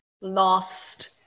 lost